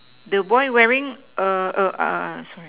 the boy wearing a a sorry